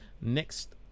Next